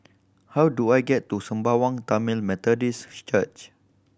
how do I get to Sembawang Tamil Methodist Church